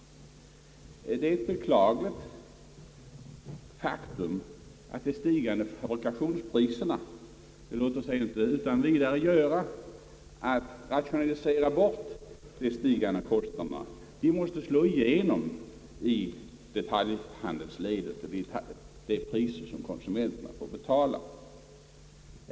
Det är ett beklagligt faktum att de stigande kostnaderna inte utan vidare låter sig rationaliseras bort och att de stigande priserna måste slå igenom i detaljhandelsledet, d. v. s. i de priser som konsumenterna får betala.